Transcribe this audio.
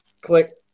click